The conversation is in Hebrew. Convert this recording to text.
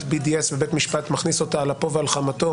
BDS ובית המשפט מכניס אותה על אפו ועל חמתו,